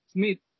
Smith